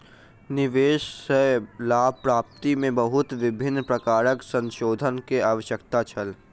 निवेश सॅ लाभ प्राप्ति में बहुत विभिन्न प्रकारक संशोधन के आवश्यकता छल